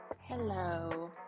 hello